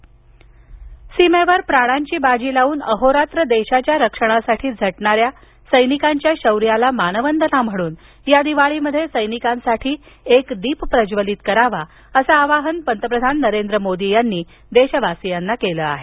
पंतप्रधान सैनिक सीमेवर प्राणांची बाजी लावून अहोरात्र देशाच्या रक्षणासाठी झटणाऱ्या सैनिकांच्या शौर्याला मानवंदना म्हणून या दिवाळीमध्ये सैनिकासाठी एक दीप प्रज्वलित करावा असं आवाहन पंतप्रधान नरेंद्र मोदी यांनी देशवासीयांना केलं आहे